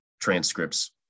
transcripts